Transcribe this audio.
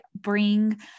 bring